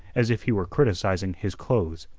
as if he were criticising his clothes.